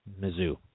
Mizzou